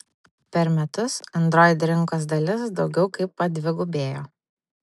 per metus android rinkos dalis daugiau kaip padvigubėjo